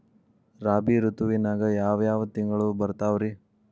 ರಾಬಿ ಋತುವಿನಾಗ ಯಾವ್ ಯಾವ್ ತಿಂಗಳು ಬರ್ತಾವ್ ರೇ?